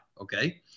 okay